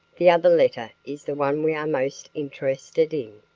the other letter is the one we are most interested in.